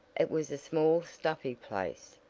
it was a small stuffy place,